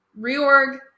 reorg